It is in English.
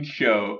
show